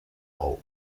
auf